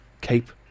Cape